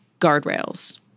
guardrails